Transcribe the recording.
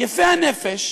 יפי הנפש,